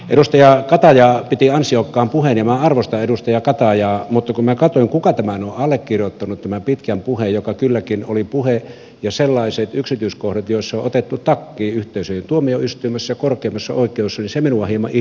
edustaja kataja piti ansiokkaan puheen ja minä arvostan edustaja katajaa mutta kun minä katsoin kuka on allekirjoittanut tämän pitkän puheen joka kylläkin oli puhe ja sellaiset yksityiskohdat joissa on otettu takkiin yhteisöjen tuomioistuimessa ja korkeimmassa oikeudessa niin se minua hieman ihmetyttää